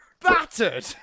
Battered